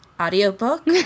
audiobook